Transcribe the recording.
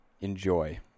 enjoy